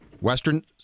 western